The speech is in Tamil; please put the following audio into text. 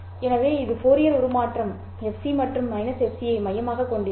எனவே இது ஃபோரியர் உருமாற்றம் fc மற்றும் fc ஐ மையமாகக் கொண்டிருக்கும்